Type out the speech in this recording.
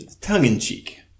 tongue-in-cheek